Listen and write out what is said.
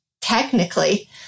technically